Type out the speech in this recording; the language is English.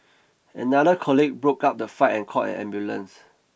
another colleague broke up the fight and called an ambulance